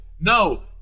No